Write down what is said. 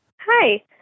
Hi